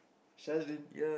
she has been